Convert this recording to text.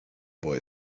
boy